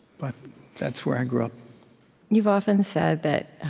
but that's where i grew up you've often said that